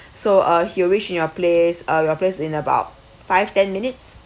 so uh he'll reach in your place uh your place in about five ten minutes